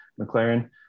McLaren